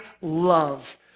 love